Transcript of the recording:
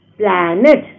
planet